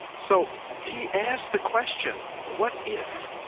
so he asked the question, what if?